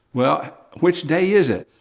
well, which day is it?